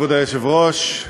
כבוד היושב-ראש,